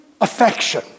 affection